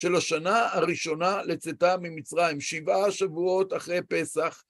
שלשנה הראשונה לצאתה ממצרים שבעה שבועות אחרי פסח.